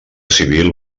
civil